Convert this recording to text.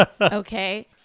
Okay